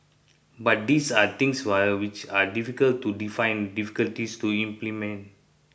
but these are things which are difficult to define difficulties to implement